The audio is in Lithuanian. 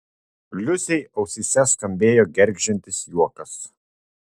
liusei ausyse skambėjo gergždžiantis juokas